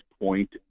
point